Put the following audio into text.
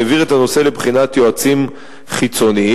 והעביר את הנושא לבחינת יועצים חיצוניים.